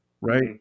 Right